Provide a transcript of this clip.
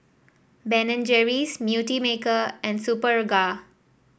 Ben and Jerry's Beautymaker and Superga